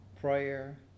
prayer